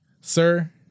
sir